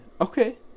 okay